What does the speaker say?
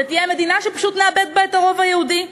ותהיה מדינה שפשוט נאבד בה את הרוב היהודי,